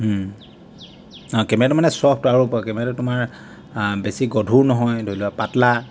আৰু কেমেৰাটো মানে ছফ্ট আৰু কেমেৰাটো তোমাৰ বেছি গধুৰ নহয় ধৰি লোৱা পাতলা